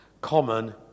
common